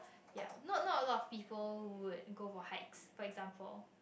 yup not not a lot of people would go for hikes but example